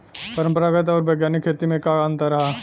परंपरागत आऊर वैज्ञानिक खेती में का अंतर ह?